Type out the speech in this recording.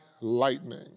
lightning